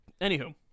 Anywho